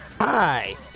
Hi